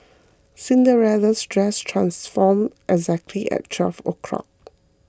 Cinderella's dress transformed exactly at twelve o'clock